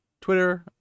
Twitter